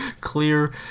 clear